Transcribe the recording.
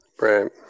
right